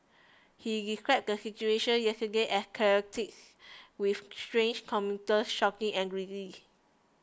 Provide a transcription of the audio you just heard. he described the situation yesterday as chaotics with stranded commuters shouting angrily